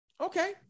okay